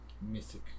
mythic